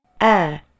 Air